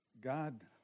God